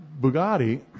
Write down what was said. Bugatti